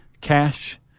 cash